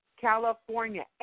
California